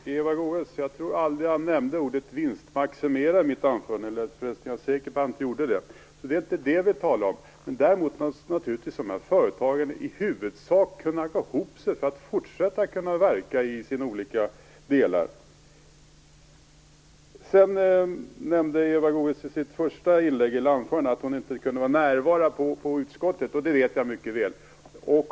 Herr talman! Jag är säker på att jag aldrig nämnde ordet vinstmaximera i mitt anförande, Eva Goës. Det är inte det vi talar om. Däremot måste naturligtvis ekonomin i dessa företag i huvudsak kunna gå ihop för att de skall kunna fortsätta att verka i sina olika delar. Eva Goës nämnde i sitt anförande att hon inte kunde vara närvarande i utskottet, och det vet jag mycket väl.